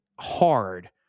hard